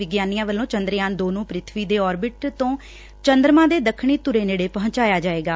ਵਿਗਿਆਨਿਕ ਵੱਲੋ ਚੰਦਰਯਾਮ ਦੋ ਪ੍ਰਿਬਵੀ ਦੇ ਓਰਬਿਟ ਤੋਂ ਚੰਦਰਮਾ ਦੇ ਦੱਖਣੀ ਧੁਰੇ ਨੇੜੇ ਪਹੁੰਚਾਇਆ ਜਾਵੇਗਾ